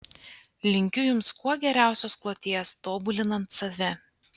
linkiu jums kuo geriausios kloties tobulinant save